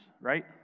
right